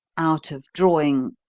out of drawing,